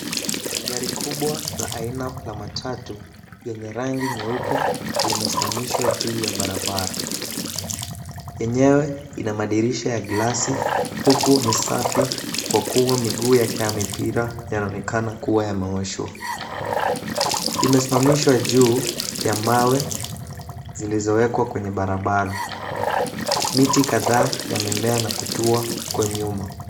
Gari kubwa la aina la matatu yenye rangi nyeupe limesimamishwa juu ya barabara. Yenyewe ina madirisha ya glasi huku ni safi kwa kuwa miguu yake ya mipira yanaonekana kuwa yameoshwa. Imesimamishwa juu ya mawe zilizowekwa kwenye barabara. Miti kadhaa yamemea na kutua huko nyuma.